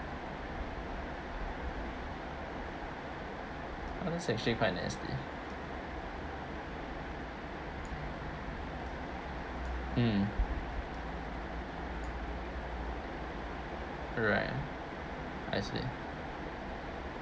all those actually quite nasty mm all right I see